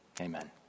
Amen